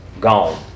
Gone